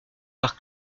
par